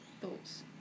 thoughts